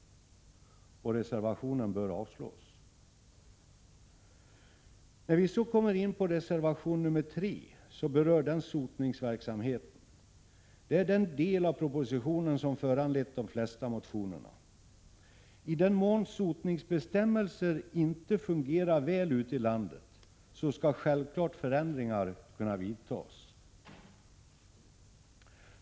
Reservationen bör avslås. Reservation nr 3, som vi nu kommer in på, berör sotningsverksamheten. Det är den del av propositionen som föranlett de flesta motionerna. I den mån sotningsbestämmelser inte fungerar väl ute i landet, skall självklart förändringar kunna vidtas.